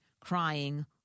crying